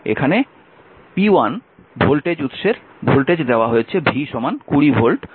এখানে p1 voltage উৎসের voltage দেওয়া হয়েছে v 20 ভোল্ট